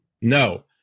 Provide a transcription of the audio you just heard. No